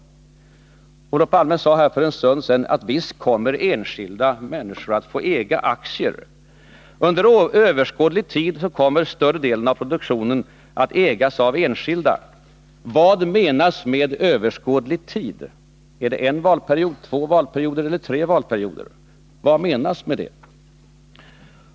Olof Palme sade här för en stund sedan: Visst kommer enskilda människor att få äga aktier. Under överskådlig tid kommer större delen av produktionen att ägas av enskilda. Vad menas med överskådlig tid? Är det en valperiod, två valperioder eller tre valperioder?